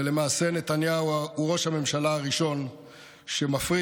ולמעשה נתניהו הוא ראש הממשלה הראשון שמפריט,